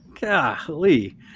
golly